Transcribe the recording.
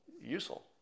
useful